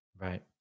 Right